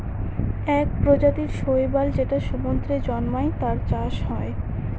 এক প্রজাতির শৈবাল যেটা সমুদ্রে জন্মায়, তার চাষ হয়